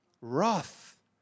wrath